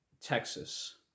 Texas